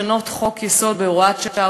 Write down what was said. לשנות חוק-יסוד בהוראת שעה